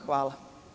Hvala.